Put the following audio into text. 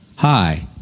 Hi